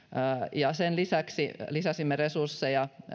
ja sen lisäksi lisäsimme resursseja